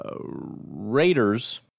Raiders